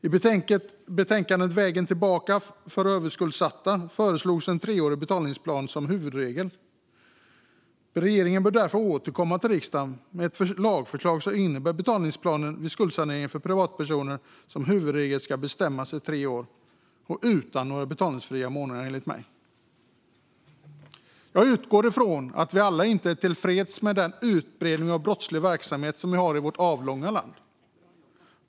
I betänkandet Vägen tillbaka för överskuldsatta föreslogs en treårig betalningsplan som huvudregel. Regeringen bör därför återkomma till riksdagen med ett lagförslag som innebär att betalningsplanen vid skuldsanering för privatpersoner som huvudregel ska bestämmas till tre år, och enligt mig utan några betalningsfria månader. Jag utgår ifrån att vi alla inte är tillfreds med den utbredning av brottslig verksamhet som vi har i vårt avlånga land.